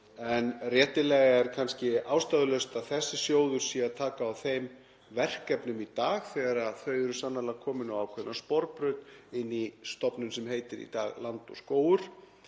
en réttilega er kannski ástæðulaust að þessi sjóður sé að taka á þeim verkefnum í dag þegar þau eru sannarlega komin á ákveðna sporbraut í stofnun sem heitir í dag Land og skógur